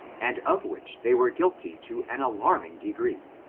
and of which they were guilty to an alarming degree,